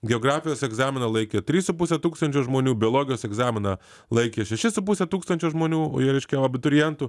geografijos egzaminą laikė trys su puse tūkstančio žmonių biologijos egzaminą laikė šeši su puse tūkstančio žmonių reiškia abiturientų